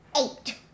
eight